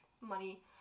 money